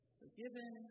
forgiven